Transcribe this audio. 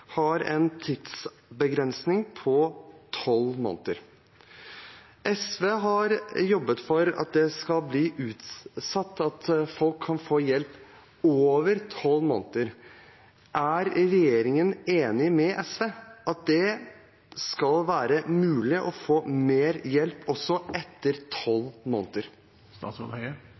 har en tidsbegrensning på tolv måneder. SV har jobbet for at den skal bli utvidet, at folk kan få hjelp ut over tolv måneder. Er regjeringen enig med SV i at det skal være mulig å få mer hjelp også etter tolv måneder?